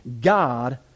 God